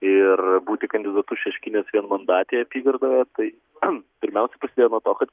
ir būti kandidatu šeškinės vienmandatėje apygardoje tai pirmiausia prasidėjo nuo to kad